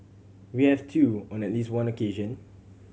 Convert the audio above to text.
we have too on at least one occasion